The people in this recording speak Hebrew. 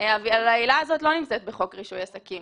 אבל העילה הזאת לא נמצאת בחוק רישוי עסקים.